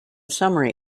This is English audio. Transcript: summary